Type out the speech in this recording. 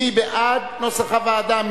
מי בעד נוסח הוועדה?